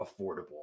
affordable